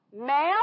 male